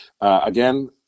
Again